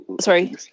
Sorry